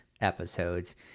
episodes